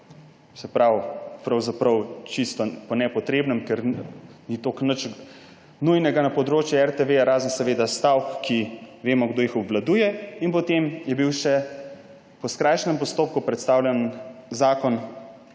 o RTV pravzaprav čisto po nepotrebnem, ker ni nič nujnega na področju RTV, razen seveda stavk, ki vemo, kdo jih obvladuje. In potem je bila še po skrajšanem postopku predstavljena